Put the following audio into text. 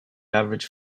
average